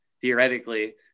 theoretically